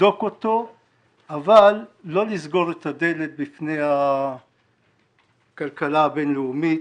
לבדוק אותו אבל לא לסגור את הדלת בפני הכלכלה הבינלאומית.